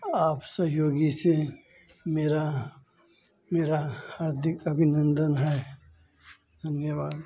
आपके सहियोग से मेरा मेरा हार्दिक अभिनन्दन है धन्यवाद